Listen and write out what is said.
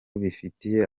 bifitiye